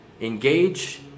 engage